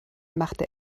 machte